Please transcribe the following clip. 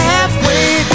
Halfway